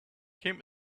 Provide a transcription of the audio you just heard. came